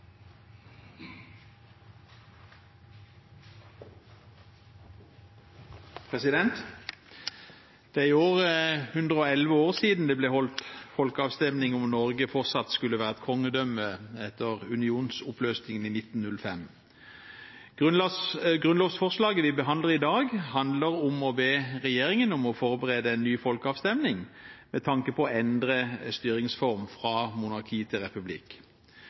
Det er i år 111 år siden det ble holdt folkeavstemning om Norge fortsatt skulle være et kongedømme etter unionsoppløsningen i 1905. Grunnlovsforslaget vi behandler i dag, handler om å be regjeringen om å forberede en ny folkeavstemning med tanke på å endre styringsform fra monarki til republikk.